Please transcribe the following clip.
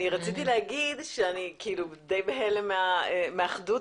אני רציתי להגיד שאני די בהלם מהאחדות.